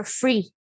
free